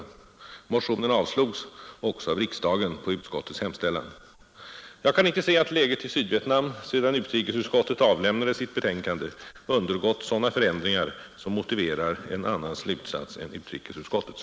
Motionen avslogs också av riksdagen på utskottets hemställan. Jag kan inte se att läget i Sydvietnam, sedan utrikesutskottet avlämnade sitt betänkande, undergått sådana förändringar som motiverar en annan slutsats än utrikesutskottets.